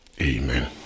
Amen